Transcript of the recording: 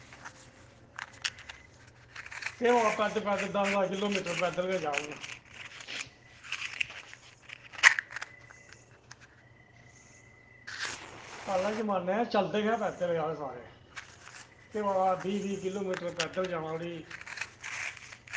केह् पता दस्स दस्स किलोमीटर धोड़ी पैदल गै जान उठी पैह्ले जमानै चलदे गै पैदल हे अस सारे केह् पता बीह् बीह् किलोमीटर पैदल जाना उठी